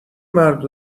مرد